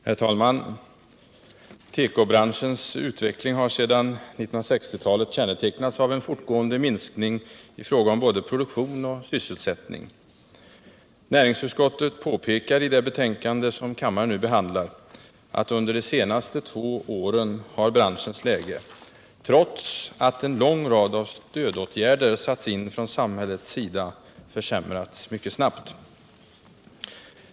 Herr talman! Tekobranschens utveckling har sedan 1960-talet kännetecknats av en fortgående minskning i fråga om både produktion och sysselsättning. Näringsutskottet påpekar i det betänkande som kammaren nu behandlar att under de senaste två åren har branschens läge — trots att en lång rad av stödåtgärder satts in från samhällets sida — försämrats mycket snabbt.